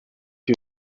you